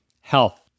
Health